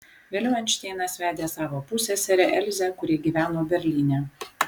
vėliau einšteinas vedė savo pusseserę elzę kuri gyveno berlyne